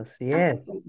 Yes